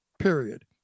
period